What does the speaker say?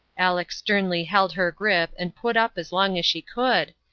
aleck sternly held her grip and put up as long as she could,